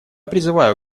призываю